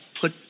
put